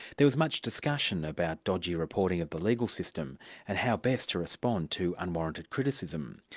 there was much discussion about dodgy reporting of the legal system and how best to respond to unwarranted criticism.